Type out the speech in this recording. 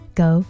go